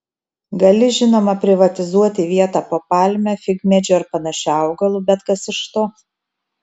gali žinoma privatizuoti vietą po palme figmedžiu ar panašiu augalu bet kas iš to